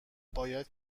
باید